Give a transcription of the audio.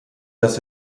dass